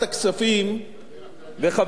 וחבר הכנסת חיים כץ,